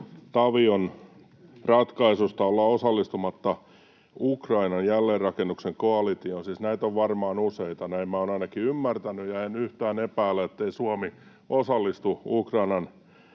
Tavion ratkaisusta olla osallistumatta Ukrainan jälleenrakennuksen koalitioon. Siis näitä on varmaan useita, näin minä olen ainakin ymmärtänyt, ja en yhtään epäile, ettei Suomi osallistu Ukrainan